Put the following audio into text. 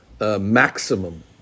maximum